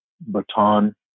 baton